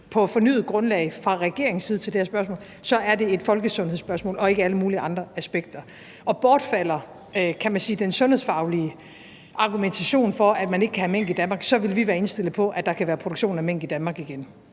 på fornyet grundlag fra regeringens side til det her spørgsmål, er det et folkesundhedsspørgsmål, og der er ikke alle mulige andre aspekter i det. Og bortfalder den sundhedsfaglige argumentation for, at man ikke kan have mink i Danmark, vil vi være indstillet på, at der kan være produktion af mink i Danmark igen.